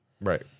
right